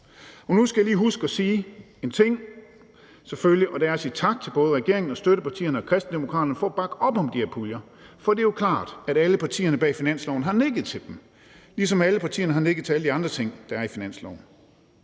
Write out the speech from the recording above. Nu skal jeg lige huske at sige en ting, og det er selvfølgelig at sige tak til både regeringen, støttepartierne og Kristendemokraterne for at bakke op om de her puljer, for det er jo klart, at alle partierne bag finansloven har nikket til dem, ligesom alle partierne har nikket til alle de andre ting, der er i finansloven.